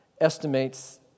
estimates